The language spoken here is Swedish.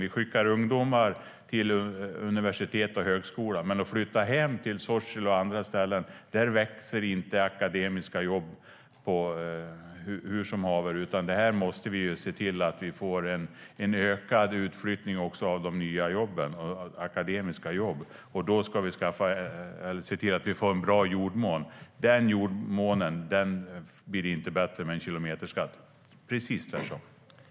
Vi skickar ungdomar till universitet och högskola, men vill de flytta hem till Sorsele eller andra ställen märker de att det inte växer akademiska jobb där hur som haver. Vi måste se till att vi får en ökad utflyttning också av de nya akademiska jobben, och då ska vi se till att vi får en bra jordmån. Den jordmånen blir inte bättre med en kilometerskatt, precis tvärtom.